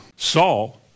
Saul